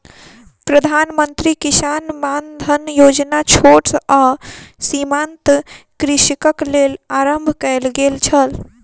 प्रधान मंत्री किसान मानधन योजना छोट आ सीमांत कृषकक लेल आरम्भ कयल गेल छल